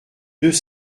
deux